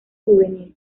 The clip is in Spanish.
juvenil